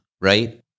right